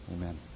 Amen